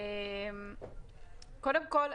קודם כל,